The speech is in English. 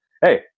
Hey